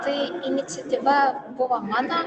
tai iniciatyva buvo mano